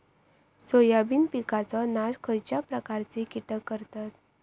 Soybean पिकांचो नाश खयच्या प्रकारचे कीटक करतत?